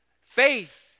Faith